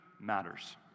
matters